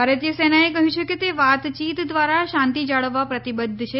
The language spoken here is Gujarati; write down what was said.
ભારતીય સેનાએ કહ્યું છે કે તે વાતચીત દ્વારા શાંતિ જાળવવા પ્રતિબદ્વ છે